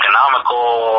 Economical